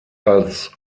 als